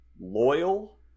Loyal